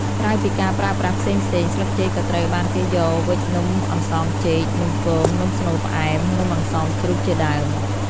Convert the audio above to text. ក្រៅពីការប្រើប្រាស់ផ្សេងៗស្លឹកចេកក៏ត្រូវបានគេយកវេចនំអន្សមចេក នំគម នំស្នូលផ្អែម នំអន្សមជ្រូកជាដើម។